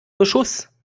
beschuss